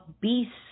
beasts